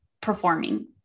performing